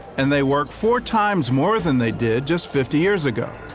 and they work four times more than they did just fifty years ago.